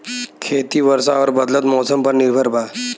खेती वर्षा और बदलत मौसम पर निर्भर बा